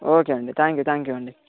okay అండి thank you thank you అండి